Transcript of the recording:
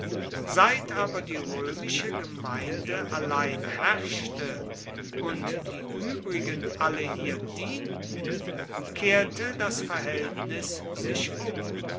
seit aber die roemische gemeinde allein herrschte und die uebrigen alle ihr dienten kehrte das verhaeltnis sich um